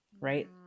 Right